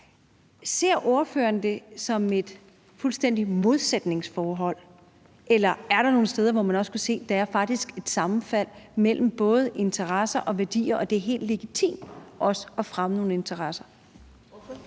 Ser ordføreren det fuldstændig som et modsætningsforhold, eller er der nogle steder, hvor man også faktisk kan se et sammenfald mellem interesser og værdier og det er helt legitimt også at fremme nogle interesser?